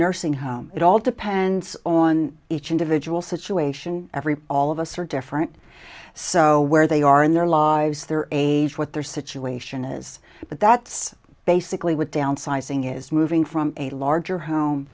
nursing home it all depends on each individual situation every all of us are different so where they are in their lives their age what their situation is but that's basically what downsizing is moving from a larger home